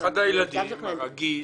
--- אחד הילדים, הגיס,